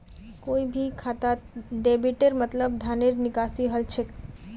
कोई भी खातात डेबिटेर मतलब धनेर निकासी हल छेक